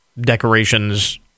decorations